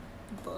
ya